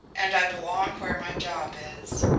and i belong where my job is.